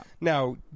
Now